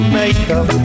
makeup